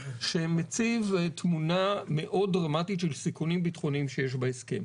שמציב תמונה מאוד דרמטית של סיכונים ביטחוניים שיש בהסכם,